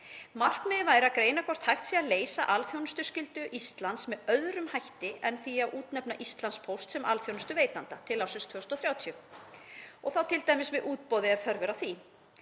Markmiðið væri að greina hvort hægt sé að leysa alþjónustuskyldu Íslands með öðrum hætti en því að útnefna Íslandspóst sem alþjónustuveitanda til ársins 2030, t.d. með útboði ef þörf er á því.